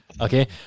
okay